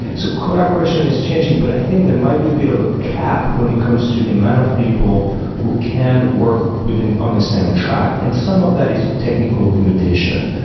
so collaboration is changing, but i think there might be a bit of a cap when it comes to the amount of people who can work within on the same track. and some of that is technical limitation.